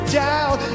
doubt